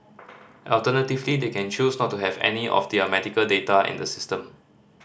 alternatively they can choose not to have any of their medical data in the system